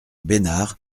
besnard